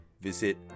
visit